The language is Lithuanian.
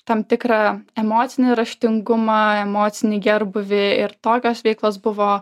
tam tikrą emocinį raštingumą emocinį gerbūvį ir tokios veiklos buvo